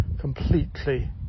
completely